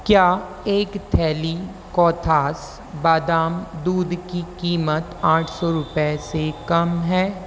क्या एक थैली कौथास बादाम दूध की कीमत आठ सौ रुपये से कम है